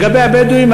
לגבי הבדואים,